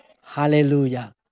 Hallelujah